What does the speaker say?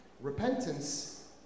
Repentance